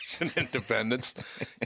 independence